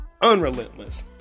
unrelentless